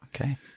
Okay